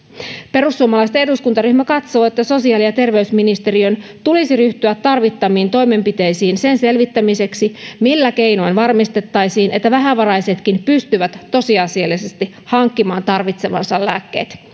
perussuomalaisten eduskuntaryhmä katsoo että sosiaali ja terveysministeriön tulisi ryhtyä tarvittaviin toimenpiteisiin sen selvittämiseksi millä keinoin varmistettaisiin että vähävaraisetkin pystyvät tosiasiallisesti hankkimaan tarvitsemansa lääkkeet